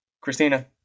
Christina